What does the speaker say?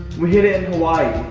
we hid it in hawaii.